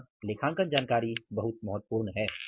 अतः लेखांकन जानकारी बहुत महत्वपूर्ण है